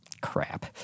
crap